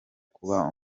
kuba